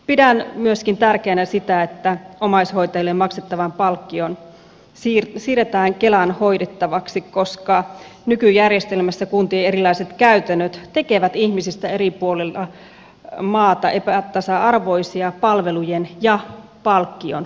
pidän myöskin tärkeänä sitä että omaishoitajille maksettava palkkio siirretään kelan hoidettavaksi koska nykyjärjestelmässä kuntien erilaiset käytännöt tekevät ihmisistä eri puolilla maata epätasa arvoisia palvelujen ja palkkion suhteen